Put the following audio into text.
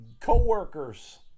coworkers